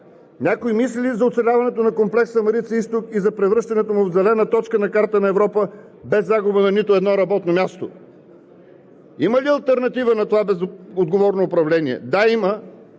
Някой мисли ли за оцеляването на комплекса „Марица-изток“ и за превръщането му в зелена точка на картата на Европа без загуба на нито едно работно място? Има ли алтернатива на това безотговорно управление? Да, има